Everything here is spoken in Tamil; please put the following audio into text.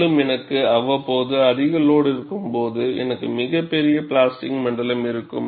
மேலும் எனக்கு அவ்வப்போது அதிக லோடு இருக்கும்போது எனக்கு மிகப் பெரிய பிளாஸ்டிக் மண்டலம் இருக்கும்